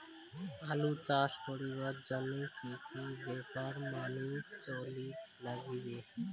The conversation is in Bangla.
আলু চাষ করিবার জইন্যে কি কি ব্যাপার মানি চলির লাগবে?